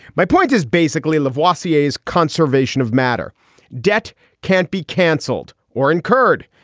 my point is basically lavazza is conservation of matter debt can't be cancelled or incurred,